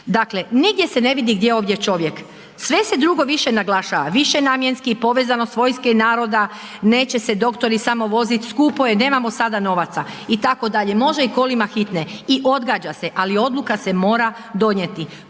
Dakle, nigdje se ne vidi gdje je ovdje čovjek. Sve se drugo više naglašava, višenamjenski i povezano .../Govornik se ne razumije./... naroda neće se doktori samo voziti, skupo je, nemamo sada novaca, može i kolima hitne. I odgađa se ali odluka se mora donijeti.